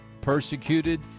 persecuted